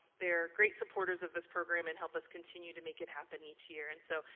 they are great supporters of this program and help us continue to make it happen each year. and so,